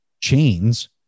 chains